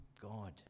God